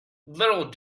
little